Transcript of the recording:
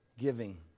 Giving